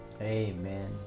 Amen